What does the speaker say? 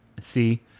See